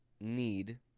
need